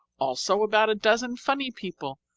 also about a dozen funny people,